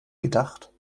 gedacht